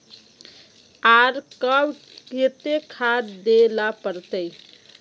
आर कब केते खाद दे ला पड़तऐ?